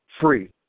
free